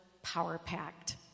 power-packed